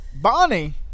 Bonnie